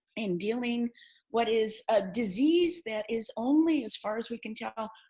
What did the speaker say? in dealing what is a disease that is only as far as we can tell,